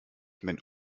wenn